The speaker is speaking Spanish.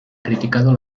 criticado